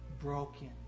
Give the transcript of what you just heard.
broken